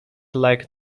like